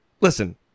listen